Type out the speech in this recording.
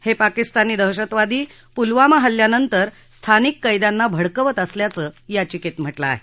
हे पाकिस्तानी दहशतवादी पुलवामा हल्ल्यानंतर स्थानिक कद्यांना भडकवत असल्याचं याचिकेत म्हटलं आहे